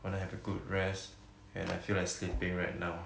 wanna have a good rest and I feel like sleeping right now